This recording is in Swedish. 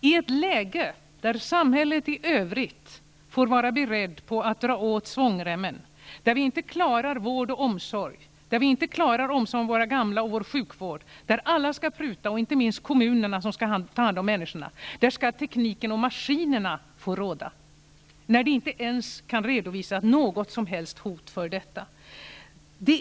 I ett läge där samhället i övrigt får vara berett på att dra åt svångremmen, där vi inte klarar sjukvården och omsorgen av våra gamla, där alla skall pruta -- inte minst kommunerna som skall ta hand om människorna --, där skall tekniken och maskinerna få råda. Detta när det inte ens går att redovisa något som helst militärt hot.